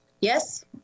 Yes